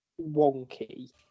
wonky